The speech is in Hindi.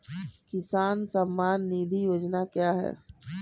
किसान सम्मान निधि योजना क्या है?